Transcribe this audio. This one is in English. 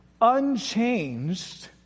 unchanged